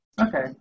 Okay